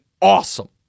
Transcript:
awesome